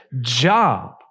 job